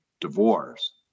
divorce